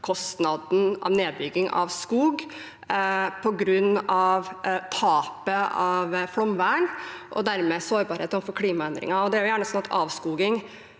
samfunnskostnaden ved nedbygging av skog, på grunn av tap av flomvern og dermed sårbarhet overfor klimaendringer. Det er gjerne sånn at avskoging